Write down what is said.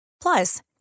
Plus